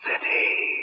City